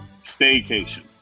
staycation